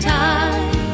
time